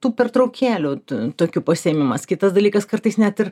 tų pertraukėlių tų tokių pasiėmimas kitas dalykas kartais net ir